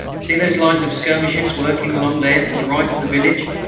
see those lines of skirmishers working along there to the right of the village.